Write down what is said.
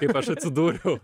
kaip aš atsidūriau